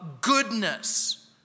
goodness